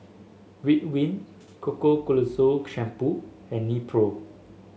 Ridwind Ketoconazole Shampoo and Nepro